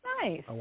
Nice